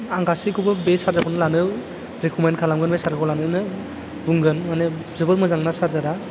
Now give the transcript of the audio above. आं गासैखौबो बे चार्जारखौनो लानो रेक'मेन्ट खालागोन बे चार्जारखौ लानोनो बुंगोन मानि जोबोर मोजांना चार्जारा